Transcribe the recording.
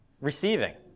receiving